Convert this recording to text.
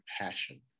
passion